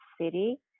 City